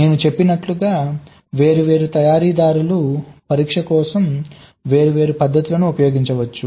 నేను చెప్పినట్లుగా వేర్వేరు తయారీదారులు పరీక్ష కోసం వేర్వేరు పద్ధతులను ఉపయోగించవచ్చు